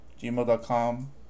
Gmail.com